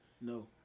No